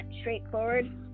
straightforward